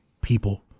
people